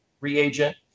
reagent